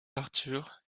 arthur